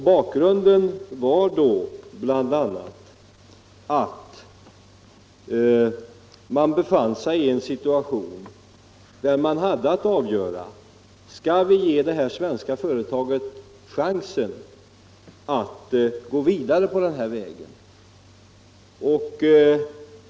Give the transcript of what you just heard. Bakgrunden var då bl.a. att man befann sig i en situation där man hade att avgöra om vi skulle ge detta svenska företag chansen att gå vidare på denna väg.